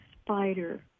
spider